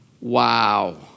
Wow